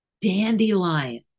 Dandelion